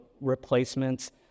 replacements